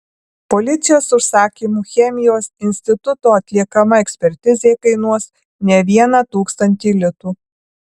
policijos užsakymu chemijos instituto atliekama ekspertizė kainuos ne vieną tūkstantį litų